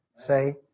Say